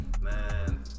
Man